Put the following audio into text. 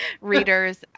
readers